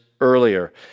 earlier